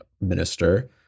minister